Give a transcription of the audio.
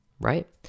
right